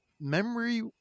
Memory